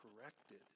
corrected